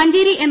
Manjeri M